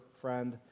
friend